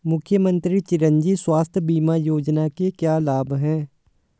मुख्यमंत्री चिरंजी स्वास्थ्य बीमा योजना के क्या लाभ हैं?